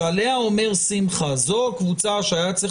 שעליה אומר שמחה שזו הקבוצה שהיה צריך